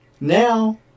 Now